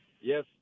yes